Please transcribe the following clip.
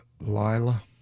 Lila